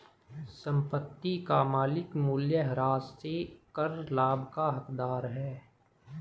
संपत्ति का मालिक मूल्यह्रास से कर लाभ का हकदार है